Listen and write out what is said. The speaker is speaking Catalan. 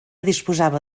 disposava